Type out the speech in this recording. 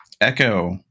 Echo